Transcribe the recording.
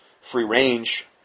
free-range